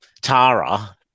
Tara